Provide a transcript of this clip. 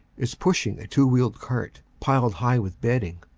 is pushing a two-wheeled cart, piled high with bedding,